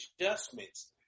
adjustments